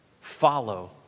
follow